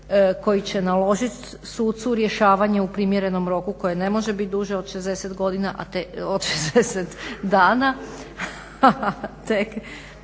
koji će naložiti sucu rješavanje u primjerenom roku koje ne može biti duže od 60 dana tek nakon